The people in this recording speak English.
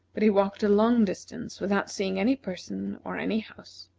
but he walked a long distance without seeing any person or any house.